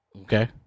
Okay